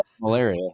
malaria